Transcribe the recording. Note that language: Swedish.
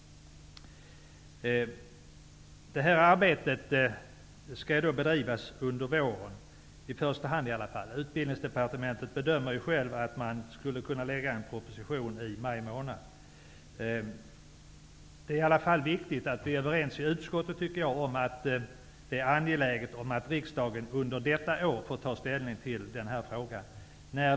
Detta arbete skall i första hand bedrivas under våren. På Utbildningsdepartementet bedömer man att en proposition skulle kunna läggas fram i maj månad. Det är i alla fall viktigt, tycker jag, att vi i utskottet är överens om att det är angeläget att riksdagen under detta år får ta ställning till frågan.